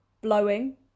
blowing